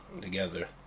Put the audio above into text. together